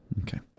Okay